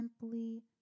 simply